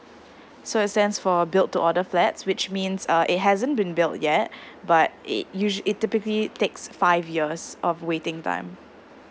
so it stands for build to order flats which means uh it hasn't been built yet but it usual~ it typically takes five years of waiting time